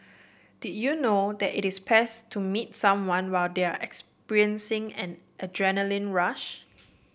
did you know that it is best to meet someone while they are experiencing an adrenaline rush